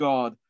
God